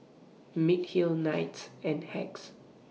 Mediheal Knights and Hacks